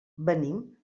venim